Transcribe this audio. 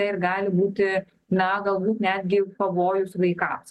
ir gali būti na galbūt netgi pavojus vaikams